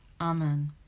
Amen